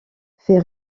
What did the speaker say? fait